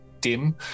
dim